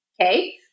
Okay